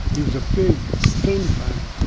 he was a big film fan.